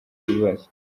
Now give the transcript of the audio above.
ibibazo